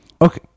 okay